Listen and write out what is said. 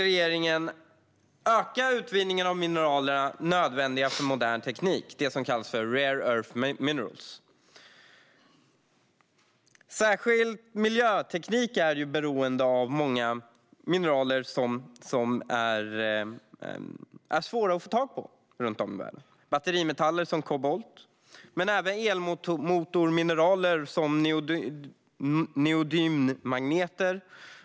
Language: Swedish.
Regeringen vill öka utvinningen av mineraler som är nödvändiga för modern teknik, det som kallas för rare earth minerals. Särskilt miljöteknik är beroende av många mineraler som är svåra att få tag på runt om i världen. Det handlar om batterimetaller som kobolt men även elmotormineraler som neodymmagneter.